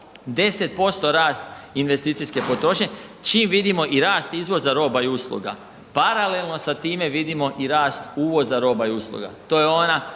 10% rast investicijske potrošnje čim vidimo i rast izvoza roba i usluga. Paralelno sa time vidimo i rast uvoza roba i usluga. To je ona